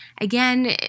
Again